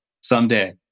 someday